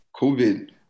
COVID